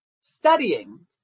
studying